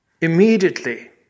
Immediately